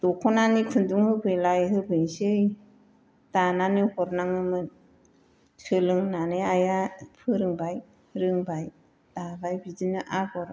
दखनानि खुन्दुं होफैलाय होफैनोसै दानानै हरनाङोमोन सोलोंनानै आइआ फोरोंबाय रोंबाय दाबाय बिदिनो आगर